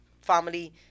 family